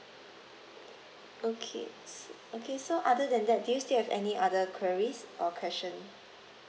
okay okay so other than that do you still have any other queries or question